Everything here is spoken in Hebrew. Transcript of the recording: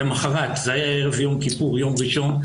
למוחרת זה היה ערב יום כיפור, יום ראשון.